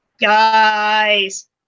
Guys